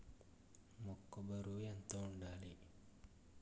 మొక్కొ బరువు ఎంత వుండాలి?